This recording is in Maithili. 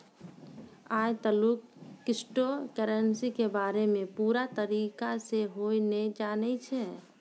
आय तलुक क्रिप्टो करेंसी के बारे मे पूरा तरीका से कोय नै जानै छै